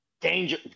danger